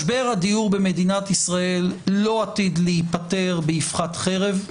משבר הדיור במדינת ישראל לא עתיד להיפתר באבחת חרב.